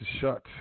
shut